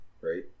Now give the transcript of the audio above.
Right